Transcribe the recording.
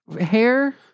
hair